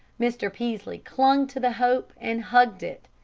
mr. peaslee clung to the hope, and hugged it.